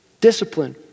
discipline